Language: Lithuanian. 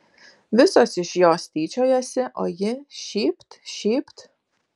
visos iš jos tyčiojasi o ji šypt šypt